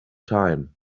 time